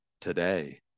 today